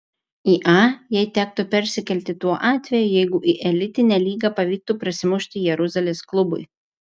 į a jai tektų persikelti tuo atveju jeigu į elitinę lygą pavyktų prasimušti jeruzalės klubui